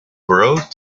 wrote